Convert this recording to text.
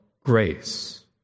grace